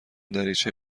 دریچه